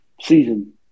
season